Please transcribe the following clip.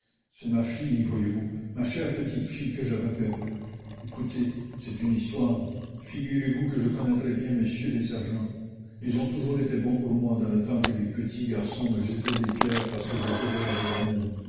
c'est ma fille voyez-vous ma chère petite fille que j'avais perdue écoutez c'est une histoire figurez-vous que je connais très bien messieurs les sergents ils ont toujours été bons pour moi dans le temps que les petits garçons me jetaient des pierres parce que je faisais la vie d'amour